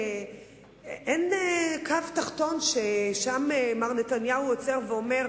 אין קו תחתון ששם מר נתניהו עוצר ואומר: